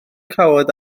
cawod